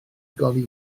godi